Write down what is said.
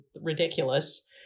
ridiculous